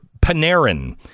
Panarin